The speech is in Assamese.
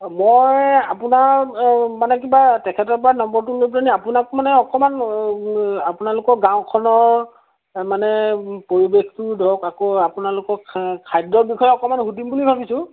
মই আপোনাক মানে কিবা তেখেতৰ পৰা নম্বৰটো লৈ পেলানি আপোনাক মানে অকণমান আপোনালোক গাঁওখনৰ মানে পৰিৱেশটো ধৰক আকৌ আপোনালোকৰ খা খাদ্যৰ বিষয়ে অকণমান সুধিম বুলি ভাবিছোঁ